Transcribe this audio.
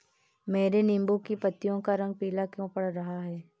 मेरे नींबू की पत्तियों का रंग पीला क्यो पड़ रहा है?